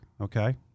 Okay